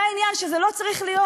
זה העניין, שזה לא צריך להיות.